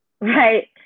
Right